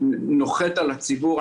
שנוחת על הציבור.